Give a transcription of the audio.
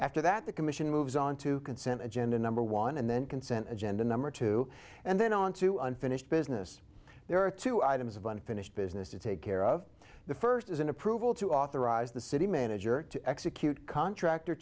that the commission moves on to consent agenda number one and then consent agenda number two and then on to unfinished business there are two items of unfinished business to take care of the first is an approval to authorize the city manager to execute contract or